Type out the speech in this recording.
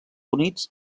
units